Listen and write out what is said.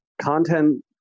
Content